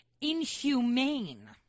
inhumane